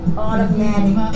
automatic